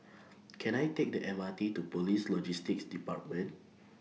Can I Take The M R T to Police Logistics department